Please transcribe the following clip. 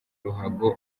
ruhago